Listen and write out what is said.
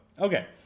Okay